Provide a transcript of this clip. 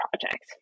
project